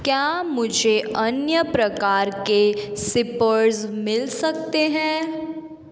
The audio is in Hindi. क्या मुझे अन्य प्रकार के सिपर्स मिल सकते हैं